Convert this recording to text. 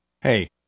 Hey